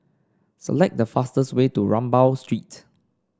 select the fastest way to Rambau Street